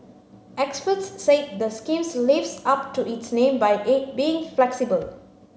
experts said the schemes lives up to its name by being flexible